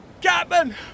Captain